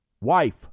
wife